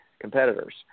competitors